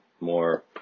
more